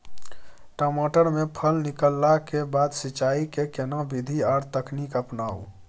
टमाटर में फल निकलला के बाद सिंचाई के केना विधी आर तकनीक अपनाऊ?